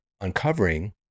uncovering